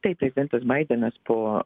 taip prezidentas baidenas po